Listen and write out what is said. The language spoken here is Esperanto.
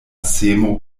semo